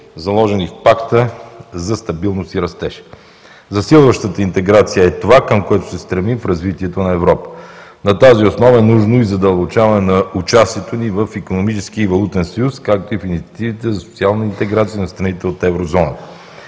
заложени в Пакта за стабилност и растеж. Засилващата интеграция е това, към което се стремим в развитието на Европа. На тази основа е нужно и задълбочаване на участието ни в Икономическия и валутен съюз, както и в инициативите за социална интеграция на страните от Еврозоната.